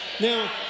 Now